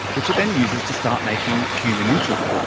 which it then uses to start making human insulin.